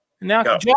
Now